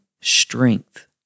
strength